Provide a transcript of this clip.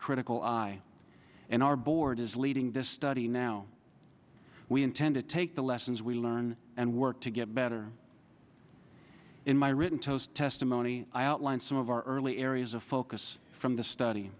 critical eye and our board is leading this study now we intend to take the lessons we learn and work to get better in my written toast testimony i outlined some of our early areas of focus from the study